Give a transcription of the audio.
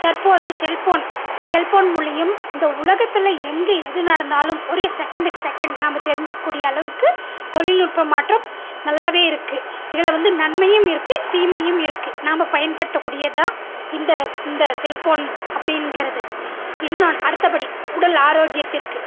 தற்போது cell phone cell phone மூலயும் இந்த உலகத்தில் எங்கே எது நடந்தாலும் ஒரே செகண்ட்டுக்கு செகண்ட் நாம்ப தெரிஞ்சுக்க கூடிய அளவுக்கு தொழில்நுட்ப மாற்றம் நல்லாவே இருக்குது இதில் வந்து நன்மையும் இருக்குது தீமையும் இருக்குது நாம்ப பயப்படுத்தக்கூடியதான் இந்த இந்த செல் போன் அப்படிங்கறது இன்னும் அடுத்தபடி உடல் ஆரோக்கியத்திற்கு